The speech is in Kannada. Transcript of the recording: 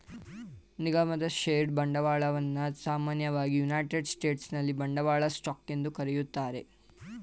ನಿಗಮದ ಷೇರು ಬಂಡವಾಳವನ್ನ ಸಾಮಾನ್ಯವಾಗಿ ಯುನೈಟೆಡ್ ಸ್ಟೇಟ್ಸ್ನಲ್ಲಿ ಬಂಡವಾಳ ಸ್ಟಾಕ್ ಎಂದು ಕರೆಯುತ್ತಾರೆ